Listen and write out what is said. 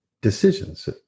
decisions